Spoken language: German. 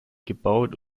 gebaut